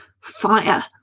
fire